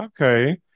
Okay